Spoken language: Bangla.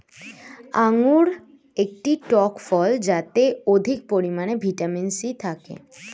আঙুর একটি টক ফল যাতে অধিক পরিমাণে ভিটামিন সি থাকে